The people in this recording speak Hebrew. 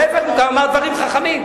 להיפך, הוא גם אמר דברים חכמים.